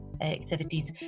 activities